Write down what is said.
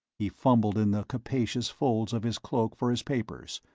he fumbled in the capacious folds of his cloak for his papers.